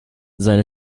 seine